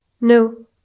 No